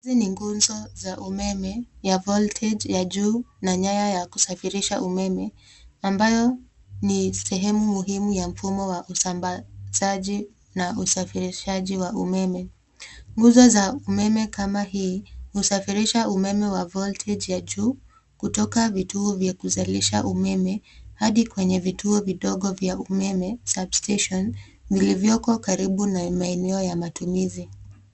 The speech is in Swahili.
Hizi ni nguzo za umeme ya voltage ya juu na nyaya ya kusafirisha umeme ambayo ni sehemu muhimu ya mfumo wa usambazaji na usafirishaji wa umeme. Nguzo za umeme kama hii husafirisha umeme wa voltage ya juu kutoka vituo vya kuzalisha umeme hadi kwenye vituo vidogo vya umeme substation vilivyoko karibu na maeneo ya matumizi.